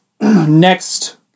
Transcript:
Next